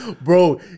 Bro